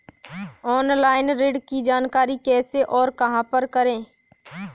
Online ऋण की जानकारी कैसे और कहां पर करें?